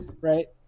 Right